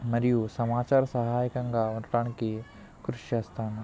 మరియు సమాచార సహాయకంగా ఉండటానికి కృషి చేస్తాను